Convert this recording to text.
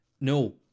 No